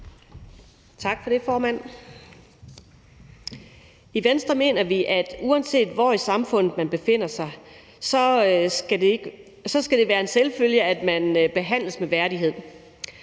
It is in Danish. I Venstre mener vi, at uanset hvor i samfundet man befinder sig, skal det være en selvfølge, at man behandles med værdighed.